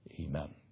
Amen